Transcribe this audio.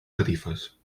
catifes